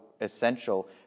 essential